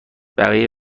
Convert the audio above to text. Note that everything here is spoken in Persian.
بقیه